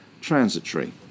transitory